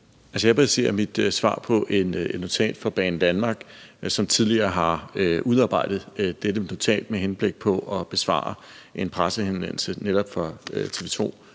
jeg baserer mit svar på et notat fra Banedanmark – som tidligere har udarbejdet dette notat med henblik på at besvare en pressehenvendelse fra netop TV2